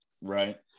Right